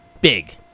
big